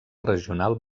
regional